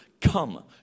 come